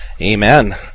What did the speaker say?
Amen